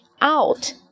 out